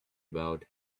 about